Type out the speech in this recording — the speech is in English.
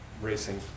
Racing